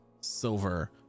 silver